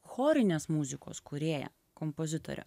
chorinės muzikos kūrėja kompozitorė